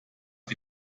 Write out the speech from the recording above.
wie